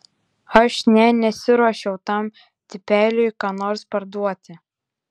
aš nė nesiruošiau tam tipeliui ką nors parduoti